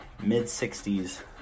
mid-60s